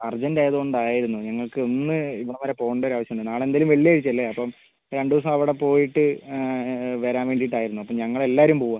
urgent ആയതുകൊണ്ടായിരുന്നു ഞങ്ങൾക്ക് ഒന്ന് ഇവിടെ വരെ പോണ്ടൊരു ആവശ്യമുണ്ട് നാളെ എന്തായാലും വെള്ളിയാഴ്ചയല്ലെ അപ്പം രണ്ട് ദിവസം അവിടെ പോയിട്ട് വരാൻ വേണ്ടീട്ടായിരുന്നു അപ്പോൾ ഞങ്ങളെല്ലാവരും പോവുക